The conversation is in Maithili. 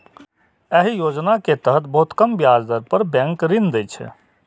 एहि योजना के तहत बहुत कम ब्याज दर पर बैंक ऋण दै छै